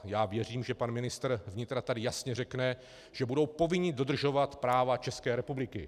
Já věřím, že pan ministr vnitra tady jasně řekne, že budou povinni dodržovat právo České republiky.